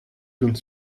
gant